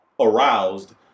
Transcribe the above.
aroused